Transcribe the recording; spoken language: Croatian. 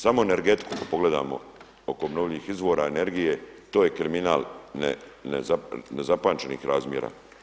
Samo energetiku kad pogledamo oko obnovljivih izvora energije to je kriminal nezapamćenih razmjera.